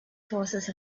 forces